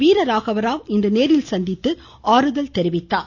வீர ராகவராவ் இன்று நேரில் சந்தித்து ஆறுதல் தெரிவித்தார்